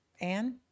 Anne